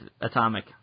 Atomic